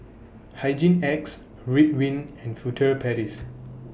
Hygin X Ridwind and Furtere Paris